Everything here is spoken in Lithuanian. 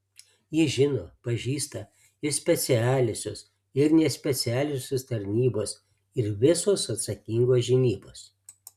jį žino pažįsta ir specialiosios ir nespecialiosios tarnybos ir visos atsakingos žinybos